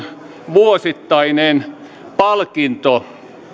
vuosittainen palkinto